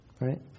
Right